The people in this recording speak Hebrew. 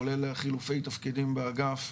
כולל חילופי תפקידים באגף,